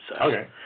Okay